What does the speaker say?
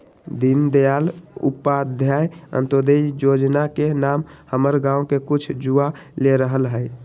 दीनदयाल उपाध्याय अंत्योदय जोजना के नाम हमर गांव के कुछ जुवा ले रहल हइ